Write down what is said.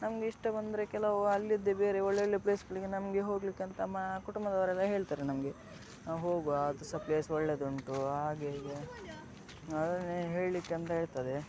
ನಮಗಿಷ್ಟ ಬಂದರೆ ಕೆಲವು ಅಲ್ಲಿದ್ದೆ ಬೇರೆ ಒಳ್ಳೆ ಒಳ್ಳೆ ಪ್ಲೇಸ್ಗಳಿಗೆ ನಮಗೆ ಹೋಗಲಿಕ್ಕಂತ ಮ ಕುಟುಂಬದವರೆಲ್ಲ ಹೇಳ್ತಾರೆ ನಮಗೆ ಹೋಗುವಾ ಅದು ಸಹ ಪ್ಲೇಸ್ ಒಳ್ಳೆಯದುಂಟು ಹಾಗೆ ಹೀಗೆ ಅದನ್ನೇ ಹೇಳಲಿಕ್ಕೆ ಅಂತ ಇರ್ತದೆ